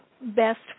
best